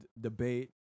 debate